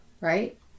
right